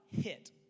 hit